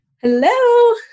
Hello